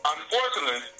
Unfortunately